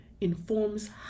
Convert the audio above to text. informs